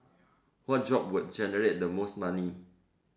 what job would generate the most money